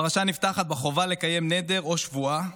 הפרשה נפתחת בחובה לקיים נדר או שבועה,